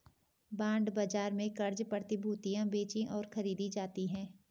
bond बाजार में क़र्ज़ प्रतिभूतियां बेचीं और खरीदी जाती हैं